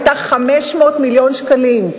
היתה 500 מיליון שקלים.